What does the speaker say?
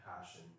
passion